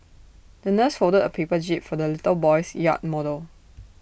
the nurse folded A paper jib for the little boy's yacht model